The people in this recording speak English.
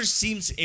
seems